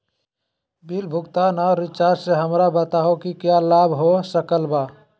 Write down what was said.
Bill भुगतान और recharge से हमरा बताओ कि क्या लाभ हो सकल बा?